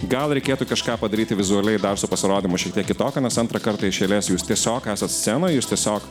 gal reikėtų kažką padaryti vizualiai dar su pasirodymu šiek tiek kitokio nes antrą kartą iš eilės jūs tiesiog esat scenoj jūs tiesiog